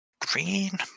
green